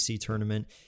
tournament